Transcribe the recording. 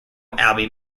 abbey